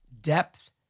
depth